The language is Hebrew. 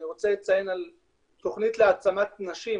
אני רוצה לציין תוכנית להעצמת נשים